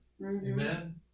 Amen